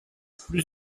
plus